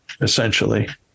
essentially